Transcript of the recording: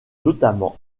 notamment